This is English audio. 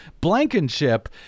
Blankenship